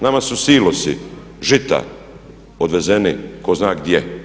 Nama su silosi žita odvezeni ko zna gdje.